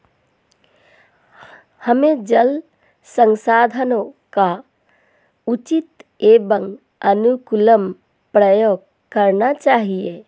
हमें जल संसाधनों का उचित एवं अनुकूलतम प्रयोग करना चाहिए